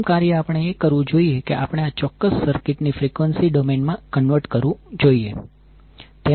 પ્રથમ કાર્ય આપણે એ કરવું જોઈએ કે આપણે આ ચોક્કસ સર્કિટ ને ફ્રીક્વન્સી ડોમેઇન માં કન્વર્ટ કરવું જોઈશે